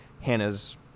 Hannah's